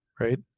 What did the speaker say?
Right